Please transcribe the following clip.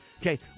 Okay